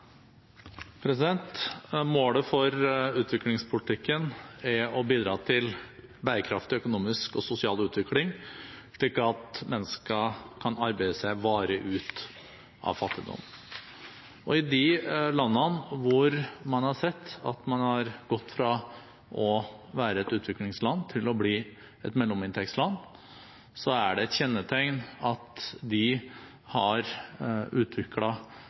å bidra til bærekraftig økonomisk og sosial utvikling slik at mennesker kan arbeide seg varig ut av fattigdom. I de landene hvor man har sett at man har gått fra å være et utviklingsland til å bli et mellominntektsland, er det et kjennetegn at de har